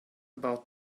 about